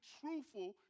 truthful